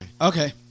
Okay